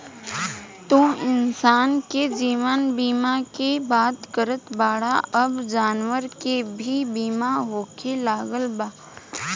तू इंसान के जीवन बीमा के बात करत बाड़ऽ अब जानवर के भी बीमा होखे लागल बा